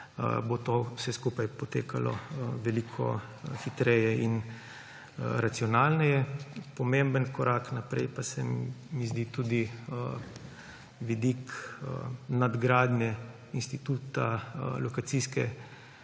bo to vse skupaj potekalo veliko hitreje in racionalneje. Pomemben korak naprej pa se mi zdi tudi vidik nadgradnje instituta lokacijske